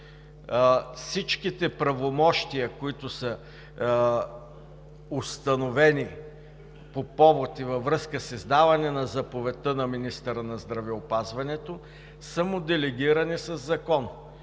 Всичките правомощия, които са установени по повод и във връзка с издаването на заповедта на министъра на здравеопазването, са му делегирани със закон.